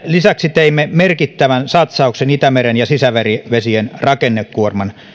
lisäksi teimme merkittävän satsauksen itämeren ja sisävesien ravinnekuorman